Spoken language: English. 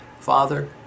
Father